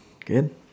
can